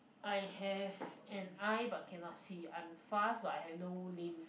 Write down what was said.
I have an eye but cannot see I am fast but I have no limbs